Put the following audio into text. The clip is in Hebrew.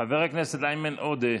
חבר הכנסת איימן עודה.